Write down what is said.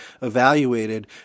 evaluated